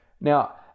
Now